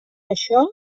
això